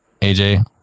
AJ